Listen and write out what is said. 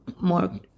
more